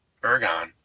Ergon